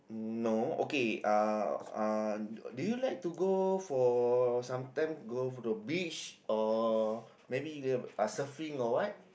no okay uh uh do you like to go for sometime go for the beach or maybe you have uh surfing or what